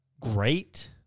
great